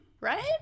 right